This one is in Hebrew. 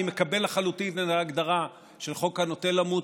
אני מקבל לחלוטין את ההגדרה של חוק החולה הנוטה למות,